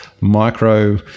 Micro